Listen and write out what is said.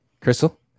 crystal